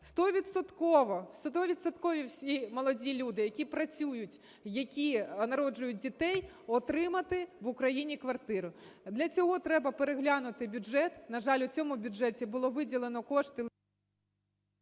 всі молоді люди, які працюють, які народжують дітей, отримати в Україні квартиру. Для цього треба переглянути бюджет, на жаль, у цьому бюджеті було виділено кошти…